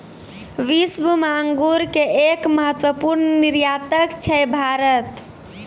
विश्व मॅ अंगूर के एक महत्वपूर्ण निर्यातक छै भारत